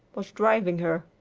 was driving her.